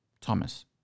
Thomas